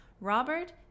Robert